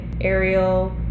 ariel